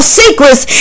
secrets